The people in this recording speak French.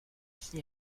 aussi